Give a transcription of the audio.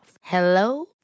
Hello